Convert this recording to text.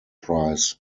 prize